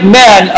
men